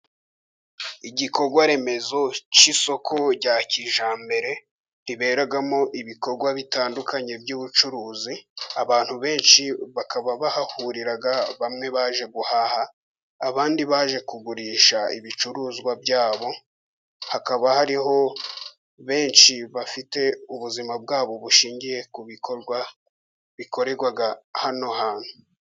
Igikorwa remezo cy'isoko rya kijyambere riberamo ibikorwa bitandukanye by'ubucuruzi, abantu benshi bakaba bahahurira bamwe baje guhaha abandi baje kugurisha ibicuruzwa byabo, hakaba hariho benshi bafite ubuzima bwabo bushingiye ku bikorwa bikorerwa hano hantu.